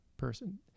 person